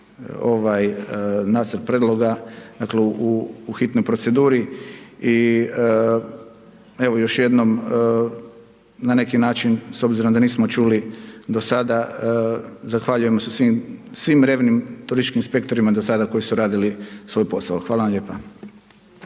ovaj nacrt prijedloga, dakle, u hitnoj proceduri i evo, još jednom na neki način, s obzirom da nismo čuli do sada, zahvaljujemo se svim revnim turističkim inspektorima do sada koji su radili svoj posao. Hvala vam lijepa.